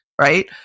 right